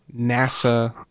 NASA